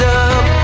up